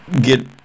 get